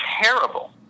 terrible